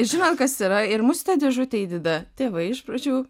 žinot kas yra ir mus dėžutę įdeda tėvai iš pradžių